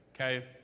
Okay